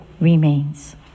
remains